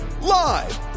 Live